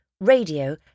radio